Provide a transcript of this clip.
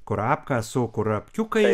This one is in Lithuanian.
kurapką su kurapkiukai